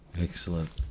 Excellent